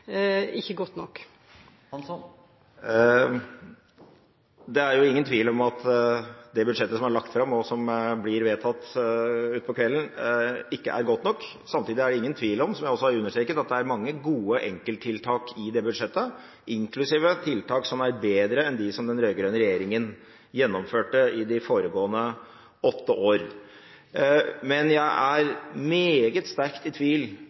ikke godt nok? Det er jo ingen tvil om at det budsjettet som er lagt fram, og som blir vedtatt utpå kvelden, ikke er godt nok. Samtidig er det ingen tvil om, som jeg også har understreket, at det er mange gode enkelttiltak i det budsjettet, inklusive tiltak som er bedre enn dem som den rød-grønne regjeringen gjennomførte i de foregående åtte år. Men jeg er meget sterkt i tvil